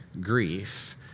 grief